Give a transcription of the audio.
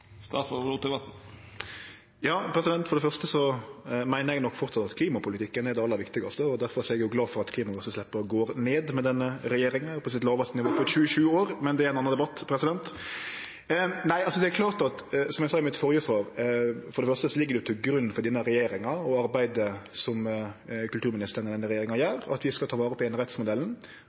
For det første meiner eg nok framleis at klimapolitikken er det aller viktigaste. Difor er eg glad for at klimagassutsleppa går ned med denne regjeringa og er på sitt lågaste nivå på 27 år. Men det er ein annan debatt. Som eg sa i mitt førre svar: For det første ligg det til grunn for denne regjeringa å arbeide for, som kulturministeren i denne regjeringa gjer, at vi skal ta vare på einerettsmodellen,